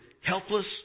helpless